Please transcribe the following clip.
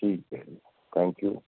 ਠੀਕ ਹੈ ਜੀ ਥੈਂਕ ਯੂ